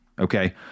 Okay